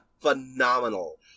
phenomenal